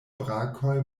brakoj